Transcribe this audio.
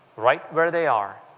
right where they are